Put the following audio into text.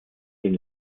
den